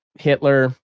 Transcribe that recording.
Hitler